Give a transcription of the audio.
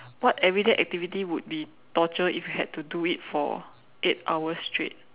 what everyday activity would be torture if you had to do it for eight hours straight